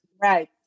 Right